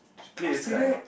clear sky